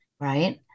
right